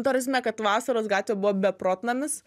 ta prasme kad vasaros gatvė buvo beprotnamis